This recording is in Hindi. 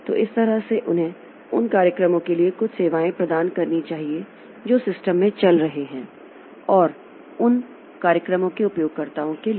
तो इस तरह से उन्हें उन कार्यक्रमों के लिए कुछ सेवाएं प्रदान करनी चाहिए जो सिस्टम में चल रहे हैं और उन कार्यक्रमों के उपयोगकर्ता के लिए